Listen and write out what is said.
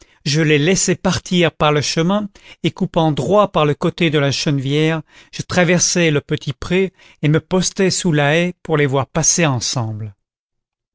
je les laissai partir par le chemin et coupant droit par le côté de la chènevière je traversai le petit pré et me postai sous la haie pour les voir passer ensemble